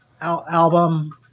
album